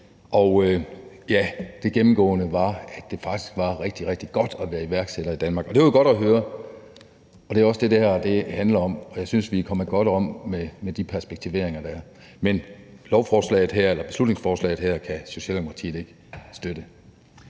Det gennemgående var, at det faktisk er rigtig, rigtig godt at være iværksætter i Danmark. Og det var jo godt at høre. Det er også det, det her handler om, og jeg synes, at vi er kommet godt omkring det med de perspektiveringer, der er. Men beslutningsforslaget her kan Socialdemokratiet ikke støtte.